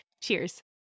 Cheers